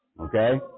Okay